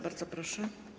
Bardzo proszę.